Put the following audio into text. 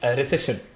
recession